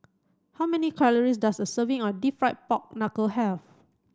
how many calories does a serving of deep fried pork knuckle have